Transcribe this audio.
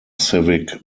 civic